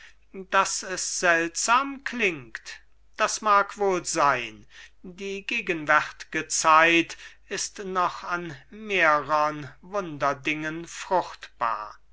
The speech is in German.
daß es seltsam klingt das mag wohl sein die gegenwärtge zeit ist noch an mehrern wunderdingen fruchtbar